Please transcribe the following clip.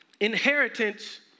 Inheritance